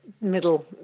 middle